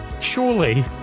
surely